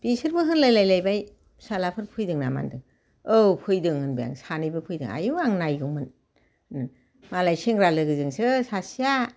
बिसोरबो होनलायलायलायबाय फिसाज्लाफोर फैदों नामा होनदों औ फैदों होनबाय आं सानैबो फैदों आयौ आं नायगौमोन मालाय सेंग्रा लोगोजोंसो सासेआ